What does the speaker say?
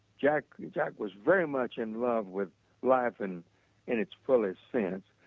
jack jack was very much in love with life and in its fullest sense.